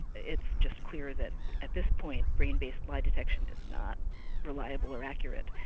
it's just clear that at this point brain-based lie detection is not reliable or accurate.